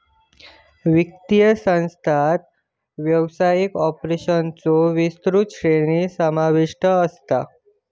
वित्तीय संस्थांत व्यवसाय ऑपरेशन्सचो विस्तृत श्रेणी समाविष्ट असता